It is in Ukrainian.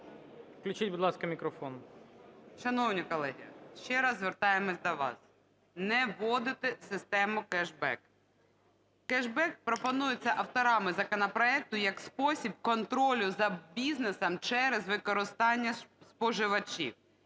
Включіть, будь ласка, мікрофон. 16:15:02 КОРОЛЕВСЬКА Н.Ю. Шановні колеги, ще раз звертаємось до вас не вводити систему кешбек. Кешбек пропонується авторами законопроекту як спосіб контролю за бізнесом через використання споживачів.